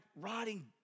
rotting